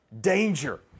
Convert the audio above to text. danger